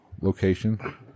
location